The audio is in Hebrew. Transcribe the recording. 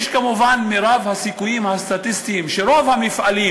רוב הסיכויים הסטטיסטיים הם שרוב המפעלים